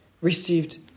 received